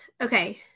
Okay